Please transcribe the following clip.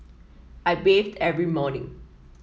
I bathe every morning